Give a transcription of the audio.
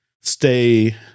stay